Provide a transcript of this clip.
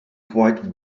quite